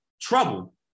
trouble